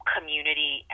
community